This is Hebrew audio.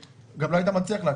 גם לא היית מצליח לעקוב.